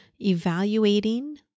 evaluating